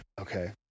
Okay